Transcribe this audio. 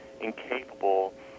incapable